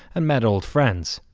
and met old friends.